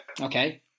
Okay